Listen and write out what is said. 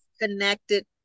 connected